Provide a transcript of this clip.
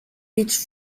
beach